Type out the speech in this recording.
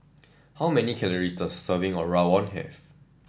how many calorie does serving of Rawon have